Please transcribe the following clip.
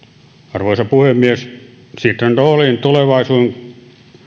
arvoisa puhemies sitran rooliin